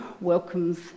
welcomes